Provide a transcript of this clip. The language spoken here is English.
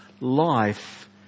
life